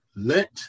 Let